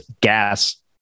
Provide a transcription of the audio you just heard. gas